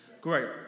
Great